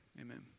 Amen